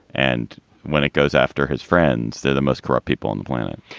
and when it goes after his friends, they're the most corrupt people on the planet